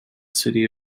city